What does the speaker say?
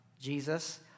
Jesus